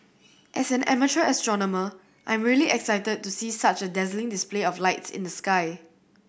as an amateur astronomer I'm really excited to see such a dazzling display of lights in the sky